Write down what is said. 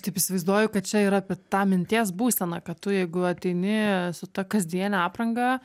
taip įsivaizduoju kad čia yra apie tą minties būseną kad tu jeigu ateini su ta kasdiene apranga